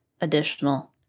additional